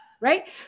right